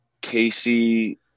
Casey